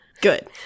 Good